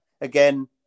Again